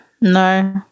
No